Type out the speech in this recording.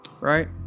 right